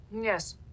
Yes